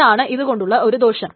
ഇതാണ് ഇതു കൊണ്ടുള്ള ഒരു ദോഷം